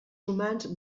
humans